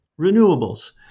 renewables